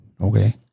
Okay